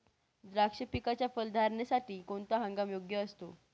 द्राक्ष पिकाच्या फलधारणेसाठी कोणता हंगाम योग्य असतो?